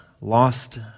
lost